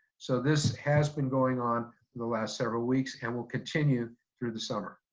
so this has been going on the last several weeks and will continue through the summer.